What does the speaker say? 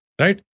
right